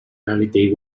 early